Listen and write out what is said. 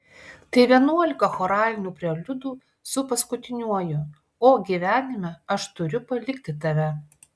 tai vienuolika choralinių preliudų su paskutiniuoju o gyvenime aš turiu palikti tave